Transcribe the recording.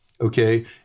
Okay